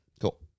Cool